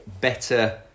better